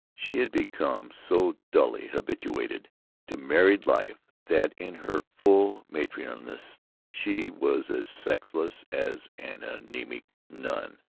she had become so dully habituated to married life that in her full matronliness she was as sexless as an anemic nun.